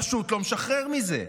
פשוט לא משחרר מזה.